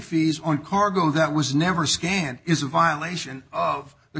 fees on cargo that was never scanned is a violation of the